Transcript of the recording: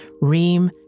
Reem